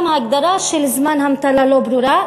גם ההגדרה של זמן המתנה לא ברורה.